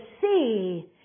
see